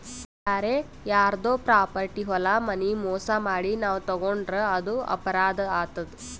ಬ್ಯಾರೆ ಯಾರ್ದೋ ಪ್ರಾಪರ್ಟಿ ಹೊಲ ಮನಿ ಮೋಸ್ ಮಾಡಿ ನಾವ್ ತಗೋಂಡ್ರ್ ಅದು ಅಪರಾಧ್ ಆತದ್